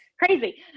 crazy